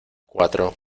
cuatro